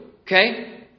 okay